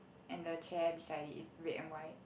and the chair beside it is red and white